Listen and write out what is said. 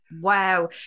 Wow